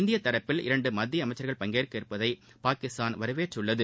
இந்திய தரப்பில் இரண்டு மத்திய அமைச்சர்கள் பங்கேற்கவுள்ளதை பாகிஸ்தான் வரவேற்றுள்ளது